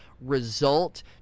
result